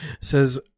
says